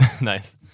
Nice